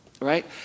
right